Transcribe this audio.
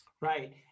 Right